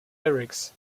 lyrics